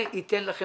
זה ייתן לכם